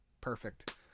perfect